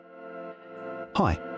Hi